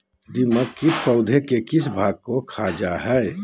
दीमक किट पौधे के किस भाग को खाते हैं?